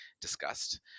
discussed